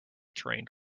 trained